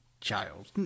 child